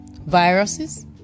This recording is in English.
viruses